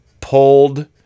pulled